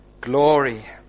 glory